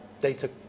data